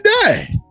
die